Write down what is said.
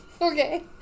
Okay